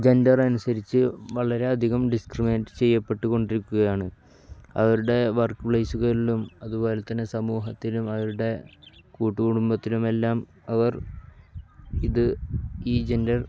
gender അനുസരിച്ച് വളരെയധികം discriminate ചെയ്യപ്പെട്ട് കൊണ്ടിരിക്കുകയാണ് അവരുടെ വർക്ക്പ്ലേസുകളിലും അതുപോലെത്തന്നെ സമൂഹത്തിലും അവരുടെ കൂട്ടുകുടുംബത്തിലുമെല്ലാം അവർ ഇത് ഈ ജൻറർ